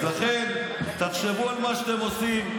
אז לכן תחשבו על מה שאתם עושים.